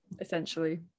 essentially